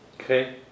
Okay